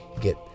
get